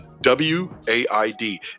W-A-I-D